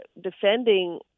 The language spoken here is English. defending